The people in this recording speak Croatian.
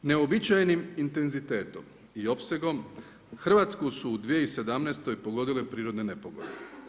Neuobičajenim intenzitetom i opsegom, Hrvatsku su u 2017. pogodile prirodne nepogode.